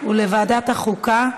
ולוועדת החוקה,